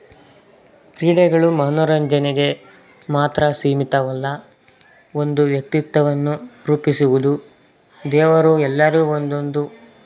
ಕ್ರೀಡೆಗಳು ಮನೋರಂಜನೆಗೆ ಮಾತ್ರ ಸೀಮಿತವಲ್ಲ ಒಂದು ವ್ಯಕ್ತಿತ್ವವನ್ನು ರೂಪಿಸುವುದು ದೇವರು ಎಲ್ಲರೂ ಒಂದೊಂದು